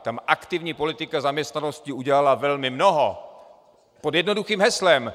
Tam aktivní politika zaměstnanosti udělala velmi mnoho pod jednoduchým heslem.